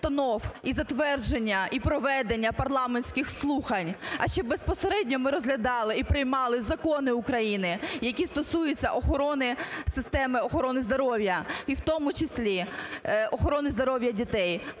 і в тому числі охорони здоров'я дітей.